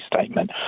statement